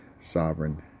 sovereign